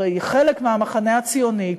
הרי היא חלק מהמחנה הציוני,